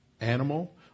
animal